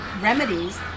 remedies